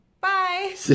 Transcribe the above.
Bye